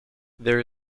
there